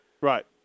Right